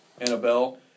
Annabelle